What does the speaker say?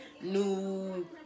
new